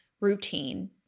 routine